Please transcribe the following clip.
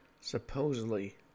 supposedly